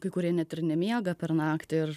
kai kurie net ir nemiega per naktį ir